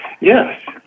Yes